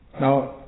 Now